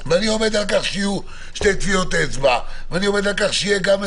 ואני עומד על כך שיהיו שתי טביעות אצבע וגם הכתובות